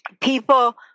people